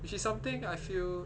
which is something I feel